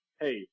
hey